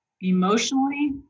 emotionally